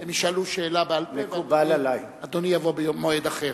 הם ישאלו שאלה בעל-פה ואדוני יבוא במועד אחר.